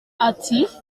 ati